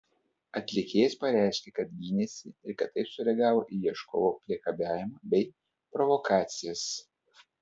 atlikėjas pareiškė kad gynėsi ir kad taip sureagavo į ieškovo priekabiavimą bei provokacijas